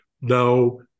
no